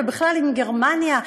ובכלל עם גרמניה,